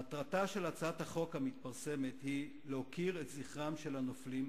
מטרתה של הצעת החוק המתפרסמת היא להוקיר את זכרם של הנופלים,